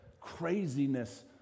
craziness